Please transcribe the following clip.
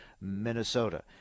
Minnesota